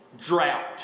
Drought